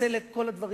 לחסל את כל הדברים,